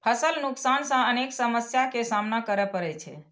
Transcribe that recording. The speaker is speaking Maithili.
फसल नुकसान सं अनेक समस्या के सामना करै पड़ै छै